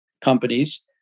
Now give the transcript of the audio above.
companies